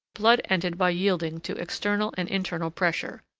blood ended by yielding to external and internal pressure,